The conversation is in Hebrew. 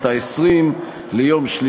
אדוני היושב-ראש,